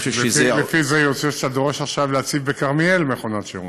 לפי זה יוצא שאתה דורש עכשיו להציב בכרמיאל מכונות שירות.